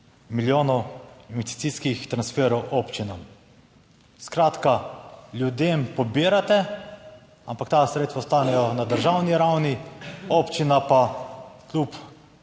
milijonov investicijskih transferov občinam, skratka ljudem pobirate, ampak ta sredstva ostanejo na državni ravni, občina pa kljub,